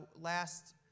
last